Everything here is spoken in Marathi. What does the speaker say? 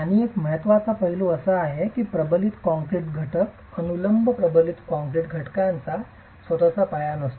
आणखी एक महत्त्वाचा पैलू असा आहे की प्रबलित कंक्रीट घटक अनुलंब प्रबलित कंक्रीट घटकांचा स्वतःचा पाया नसतो